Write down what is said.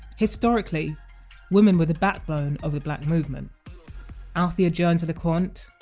historically women were the backbone of the black movement althea jones-lecointe,